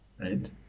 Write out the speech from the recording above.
right